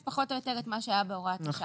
פחות או יותר את מה שהיה בהוראת השעה.